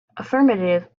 affirmative